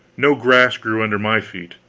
no grass grew under my feet.